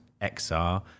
XR